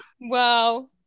wow